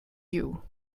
you